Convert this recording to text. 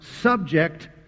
subject